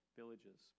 villages